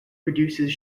produces